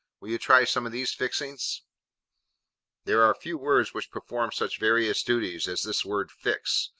will you try some of these fixings there are few words which perform such various duties as this word fix.